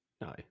no